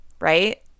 right